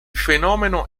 fenomeno